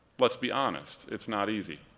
let's be honest, it's not easy,